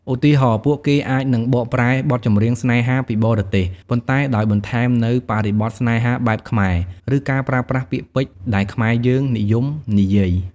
ឧទាហរណ៍ ពួកគេអាចនឹងបកប្រែបទចម្រៀងស្នេហាពីបរទេស ប៉ុន្តែដោយបន្ថែមនូវបរិបទស្នេហាបែបខ្មែរ ឬការប្រើប្រាស់ពាក្យពេចន៍ដែលខ្មែរយើងនិយមនិយាយ។